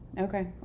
Okay